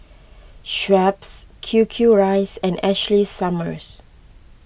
Schweppes Q Q Rice and Ashley Summers